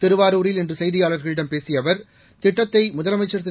திருவாரூரில் இன்று செய்தியாளர்களிடம் பேசிய அவர் திட்டத்தை முதலமைச்சர் திரு